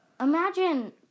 imagine